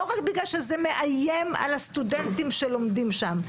לא רק בגלל שזה מאיים על הסטודנטים שלומדים שם,